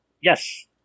Yes